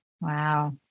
wow